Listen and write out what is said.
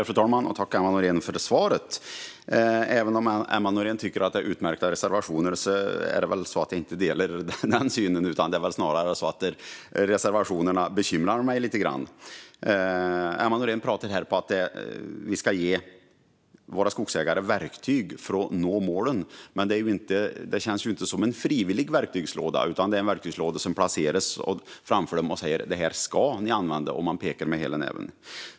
Fru talman! Tack, Emma Nohrén, för svaret! Även om Emma Nohrén tycker att det är utmärkta reservationer delar jag nog inte den synen. Det är väl snarare så att reservationerna bekymrar mig lite grann. Emma Nohrén säger att vi ska ge våra skogsägare verktyg för att nå målen. Men det känns ju inte som en frivillig verktygslåda, utan det är en verktygslåda som placeras framför dem. Man säger "Det här ska ni använda" och pekar med hela näven.